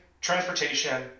transportation